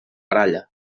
gralla